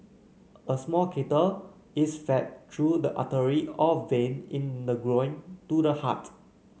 a small catheter is fed through the artery or vein in the groin to the heart